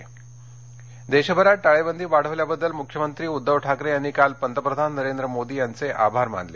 मख्यमंत्रीर देशभरात टाळेबंदी वाढवल्याबद्दल मुख्यमंत्री उद्दव ठाकरे यांनी काल पंतप्रधान नरेंद्र मोदी यांचे आभार मानले